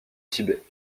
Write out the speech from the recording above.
tibet